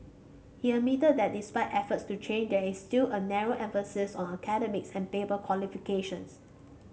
he admitted that despite efforts to change there is still a narrow emphasis on academics and paper qualifications